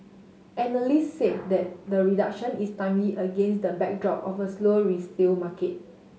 analysts said that the reduction is timely against the backdrop of a slow resale market